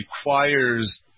requires